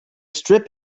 strip